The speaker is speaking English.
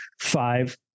five